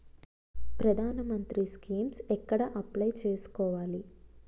ప్రధాన మంత్రి స్కీమ్స్ ఎక్కడ అప్లయ్ చేసుకోవాలి?